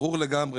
ברור לגמרי,